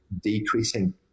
decreasing